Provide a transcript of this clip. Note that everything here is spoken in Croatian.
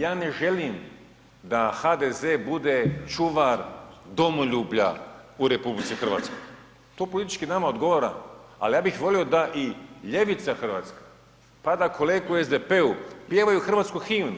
Ja ne želim da HDZ bude čuvar domoljublja u RH, to politički nama odgovara, ali ja bih volio da i ljevica hrvatska, pa da kolege u SDP-u pjevaju hrvatsku himnu,